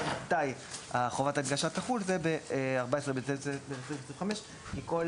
חובת ההנגשה תחול ב-14 בדצמבר 2025 כי כל